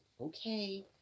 okay